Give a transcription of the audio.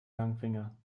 langfinger